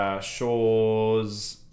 Shaws